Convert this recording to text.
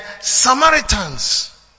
Samaritans